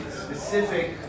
specific